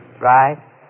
Right